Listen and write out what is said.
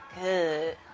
Good